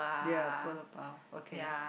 ya polo bao okay